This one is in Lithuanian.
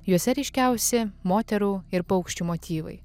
juose ryškiausi moterų ir paukščių motyvai